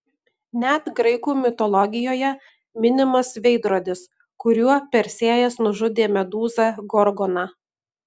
net graikų mitologijoje minimas veidrodis kuriuo persėjas nužudė medūzą gorgoną